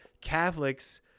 Catholics